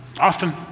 Austin